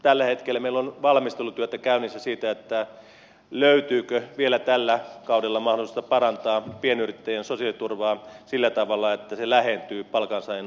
tällä hetkellä meillä on valmistelutyötä käynnissä siitä löytyykö vielä tällä kaudella mahdollisuutta parantaa pienyrittäjien sosiaaliturvaa sillä tavalla että se lähentyy palkansaajan asemaa